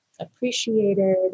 appreciated